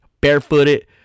barefooted